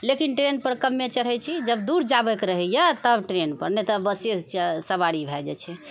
लेकिन ट्रेन पर कम्मे चढ़ैत छी जब दूर जाबयके रहयए तब ट्रेन पर नहि तऽ बसेसँ सवारि भए जाइत छै